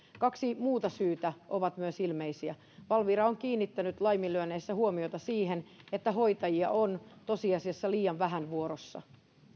kaksi muuta syytä ovat myös ilmeisiä valvira on kiinnittänyt laiminlyönneissä huomiota siihen että hoitajia on tosiasiassa liian vähän vuorossa